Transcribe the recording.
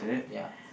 ya